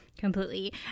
Completely